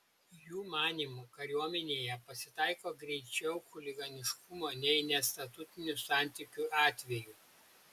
jų manymu kariuomenėje pasitaiko greičiau chuliganiškumo nei nestatutinių santykių atvejų